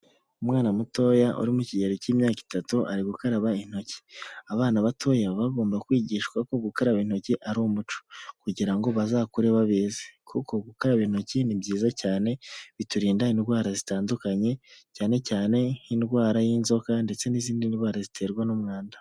Umwana mutoya uri mu kigero k'imyaka itatu ari gukaraba intoki. Abana batoya baba bagomba kwigishwa ko gukaraba intoki ari umuco, kugira ngo bazakure babizi, kuko gukaraba intoki ni byiza cyane biturinda indwara zitandukanye, cyane cyane nk'indwara y'inzoka ndetse n'izindi ndwara ziterwa n'umwanda.